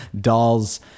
dolls